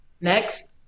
Next